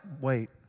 Wait